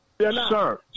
Sir